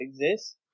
exists